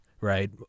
right